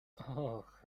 och